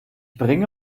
bringe